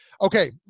Okay